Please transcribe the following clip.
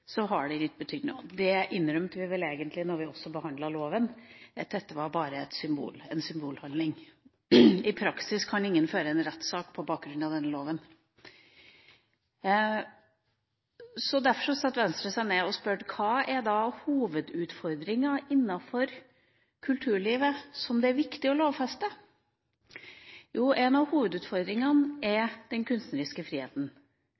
har den ikke betydd noe. Vi innrømmet vel egentlig også da vi behandlet loven, at dette bare var en symbolhandling. I praksis kan ingen føre en rettssak på bakgrunn av denne loven. Derfor satte Venstre seg ned og spurte: Hva er hovedutfordringa innenfor kulturlivet som det er viktig å lovfeste? Jo, en av hovedutfordringene er den kunstneriske friheten.